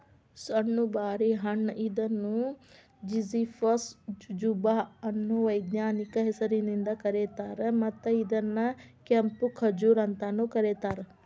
ಸಣ್ಣು ಬಾರಿ ಹಣ್ಣ ಇದನ್ನು ಜಿಝಿಫಸ್ ಜುಜುಬಾ ಅನ್ನೋ ವೈಜ್ಞಾನಿಕ ಹೆಸರಿಂದ ಕರೇತಾರ, ಮತ್ತ ಇದನ್ನ ಕೆಂಪು ಖಜೂರ್ ಅಂತಾನೂ ಕರೇತಾರ